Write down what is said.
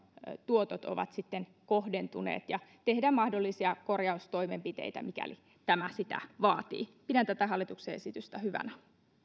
tuotot ovat sitten kohdentuneet ja tehdä mahdollisia korjaustoimenpiteitä mikäli tämä sitä vaatii pidän tätä hallituksen esitystä hyvänä